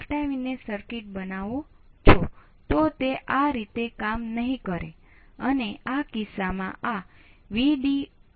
હવે જ્યારે સર્કિટ થઈ જાય પછી OPA હોય